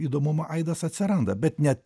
įdomumo aidas atsiranda bet ne